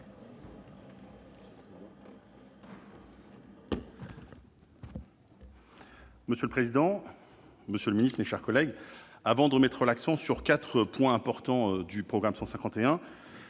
Monsieur le président, monsieur le ministre, mes chers collègues, avant de mettre l'accent sur quatre points importants, je souhaite